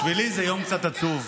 בשבילי זה יום קצת עצוב.